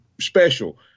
special